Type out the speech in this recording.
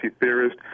theorist